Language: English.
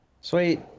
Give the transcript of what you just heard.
Sweet